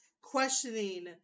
questioning